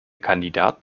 kandidat